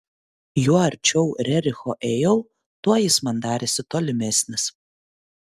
juo arčiau rericho ėjau tuo jis man darėsi tolimesnis